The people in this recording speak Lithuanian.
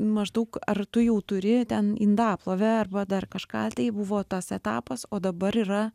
maždaug ar tu jau turi ten indaplovę arba dar kažką tai buvo tas etapas o dabar yra